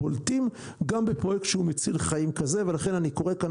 הם בולטים גם בפרויקט שהוא מציל חיים כזה ולכן אני קורא כאן